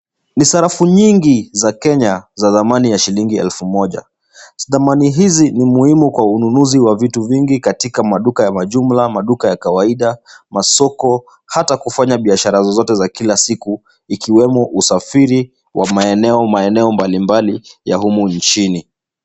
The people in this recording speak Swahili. Ni sarafu nyingi za Kenya za thamani ya shilingi elfu moja. Thamani hizi ni muhimu kwa ununuzi wa vitu vingi katika maduka ya majumla, maduka ya kawaida, masoko hata kufanya biashara zozote za kila siku, ikiwemo usafiri wa maeneo, maeneo mbali mbali ya humu nchini.